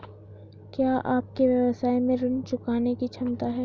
क्या आपके व्यवसाय में ऋण चुकाने की क्षमता है?